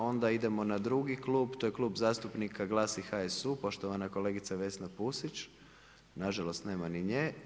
Onda idemo na drugi Klub, to je Klub zastupnika GLAS i HSU, poštovana kolegica Vesna Pusić, nažalost nema ni nje.